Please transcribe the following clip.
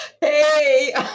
Hey